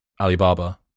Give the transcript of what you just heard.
Alibaba